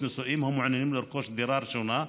נשואים המעוניינים לרכוש דירה ראשונה.